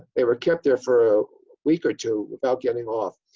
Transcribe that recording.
they were kept there for a week or two without getting off.